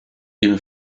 ihm